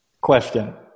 question